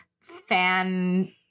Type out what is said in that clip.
fan